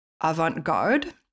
avant-garde